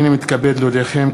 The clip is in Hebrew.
הנני מתכבד להודיעכם,